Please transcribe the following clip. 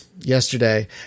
yesterday